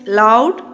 loud